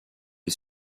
les